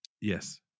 Yes